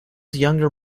younger